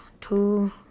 Two